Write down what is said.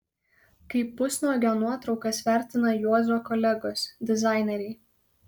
kaip pusnuogio nuotraukas vertina juozo kolegos dizaineriai